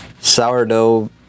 Sourdough